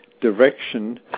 direction